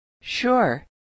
Sure